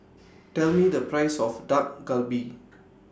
Tell Me The Price of Dak Galbi